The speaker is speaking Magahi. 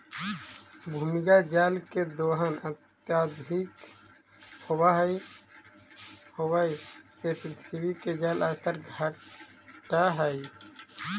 भूमिगत जल के दोहन अत्यधिक होवऽ से पृथ्वी के जल स्तर घटऽ हई